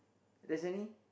there's any